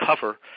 cover